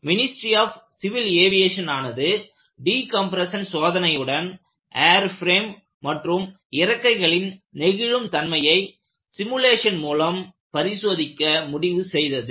ministry of civil aviation ஆனது decompression சோதனையுடன் airframe மற்றும் இறக்கைகளின் நெகிழும் தன்மையை சிமுலேஷன் மூலம் பரிசோதிக்க முடிவு செய்தது